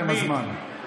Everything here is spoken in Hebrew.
הסתיים הזמן.